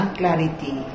clarity